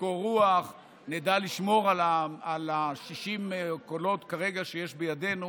ובקור רוח, נדע לשמור על 60 הקולות שיש כרגע בידנו